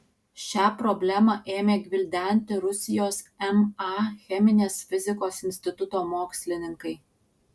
šią problemą ėmė gvildenti rusijos ma cheminės fizikos instituto mokslininkai